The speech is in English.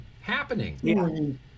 happening